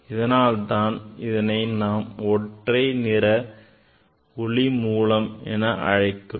இதனால்தான் இதனை நாம் ஒற்றை நிற ஒளி மூலம் என்று அழைக்கிறோம்